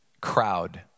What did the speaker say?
crowd